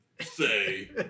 say